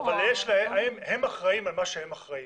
הם אחראים על מה שהם אחראים.